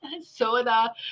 Soda